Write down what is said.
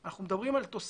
אנחנו מדברים על תוספת.